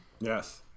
Yes